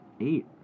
eight